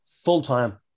full-time